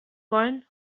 wollen